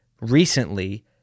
recently